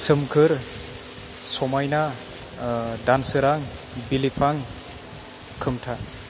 सोमखोर समायना दानसोरां बिलिफां खोमथा